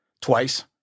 twice